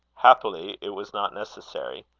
happily, it was not necessary.